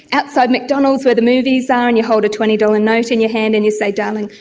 outside mcdonald's, where the movies are, and you hold a twenty dollars note in your hand and you say, darling,